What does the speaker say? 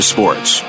Sports